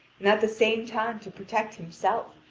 and at the same time to protect himself,